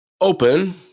open